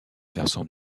versant